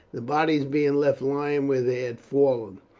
the bodies being left lying where they had fallen.